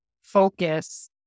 focus